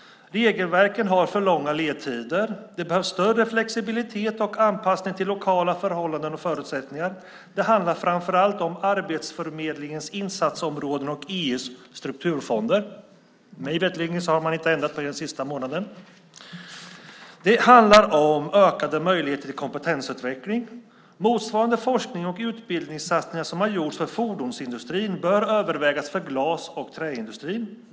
Regelverken har för långa ledtider. Det behövs större flexibilitet och anpassning till lokala förhållanden och förutsättningar. Det handlar framför allt om Arbetsförmedlingens insatsområden och EU:s strukturfonder. Mig veterligen har man inte ändrat på detta den senaste månaden. Det handlar om ökade möjligheter till kompetensutveckling. Motsvarande forsknings och utbildningssatsningar som har gjorts för fordonsindustrin bör övervägas för glas och träindustrierna.